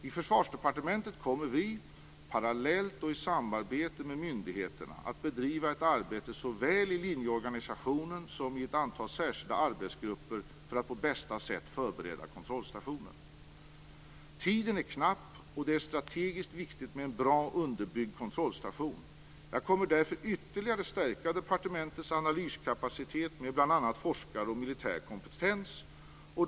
I Försvarsdepartementet kommer vi, parallellt och i samarbete med myndigheterna, att bedriva ett arbete såväl i linjeorganisationen som i ett antal särskilda arbetsgrupper för att på bästa sätt förbereda kontrollstationen. Tiden är knapp, och det är strategiskt viktigt med en bra underbyggd kontrollstation. Jag kommer därför att ytterligare stärka departementets analyskapacitet med bl.a. forskare och militär kompetens.